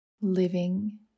living